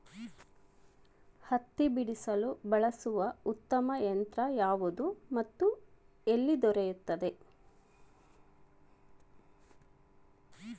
ಹತ್ತಿ ಬಿಡಿಸಲು ಬಳಸುವ ಉತ್ತಮ ಯಂತ್ರ ಯಾವುದು ಮತ್ತು ಎಲ್ಲಿ ದೊರೆಯುತ್ತದೆ?